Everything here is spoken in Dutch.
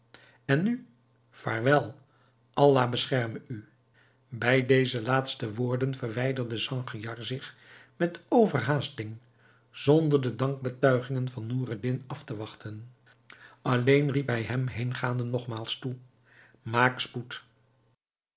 en nu vaarwel allah bescherme u bij deze laatste woorden verwijderde sangiar zich met overhaasting zonder de dankbetuigingen van noureddin af te wachten alleen riep hij hem heengaande nogmaals toe maak spoed